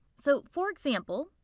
so, for example,